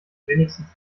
wenigstens